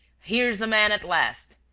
here's a man at last!